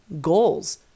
goals